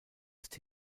ist